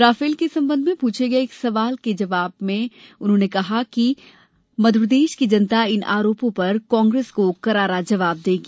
Rafale के संबंध में पूछे गये एक सवाल के उत्तर में श्री पात्रा ने कहा कि मध्यप्रदेश की जनता इन आरोपों पर कांग्रेस को करारा जवाब देगी